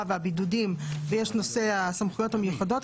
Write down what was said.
והבידודים ואת נושא הסמכויות המיוחדות.